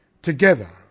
Together